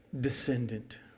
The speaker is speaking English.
descendant